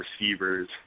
receivers